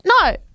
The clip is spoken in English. no